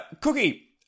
Cookie